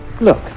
look